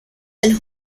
del